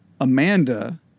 Amanda